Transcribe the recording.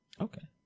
Okay